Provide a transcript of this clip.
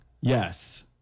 Yes